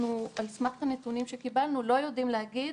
על סמך הנתונים שקיבלנו, אנחנו לא יודעים להגיד